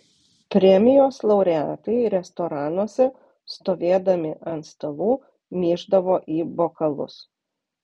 premijos laureatai restoranuose stovėdami ant stalų myždavo į bokalus